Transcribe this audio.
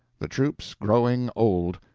the troops growing old!